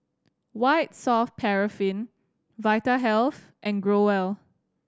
White Soft Paraffin Vitahealth and Growell